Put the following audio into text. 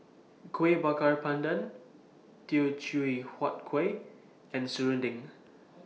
Kuih Bakar Pandan Teochew Huat Kueh and Serunding